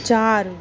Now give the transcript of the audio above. चार